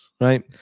right